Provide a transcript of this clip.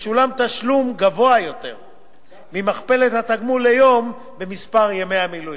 ישולם תשלום גבוה יותר ממכפלת התגמול ליום במספר ימי המילואים.